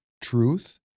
truth